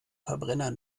verbrenner